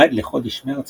עד לחודש מרץ